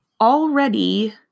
already